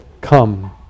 come